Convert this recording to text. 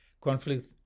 Conflict